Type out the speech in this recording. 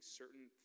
certain